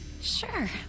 Sure